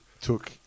took